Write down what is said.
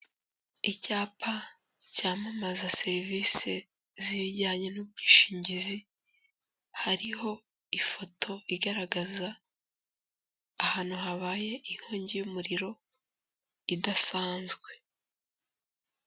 Icyapa cyamamaza serivisi z'ibijyanye n'ubwishingizi, hariho ifoto igaragaza ahantu habaye inkongi y'umuriro idasanzwe.